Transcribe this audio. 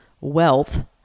wealth